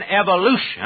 evolution